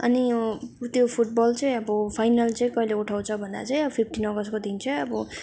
अनि उ त्यो फुटबल चाहिँ अब फाइनल चाहिँ कहिले उठाउँछ भन्दा चाहिँ अब फिप्टिन अगस्तको दिन चाहिँ अब